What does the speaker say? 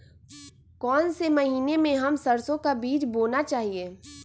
कौन से महीने में हम सरसो का बीज बोना चाहिए?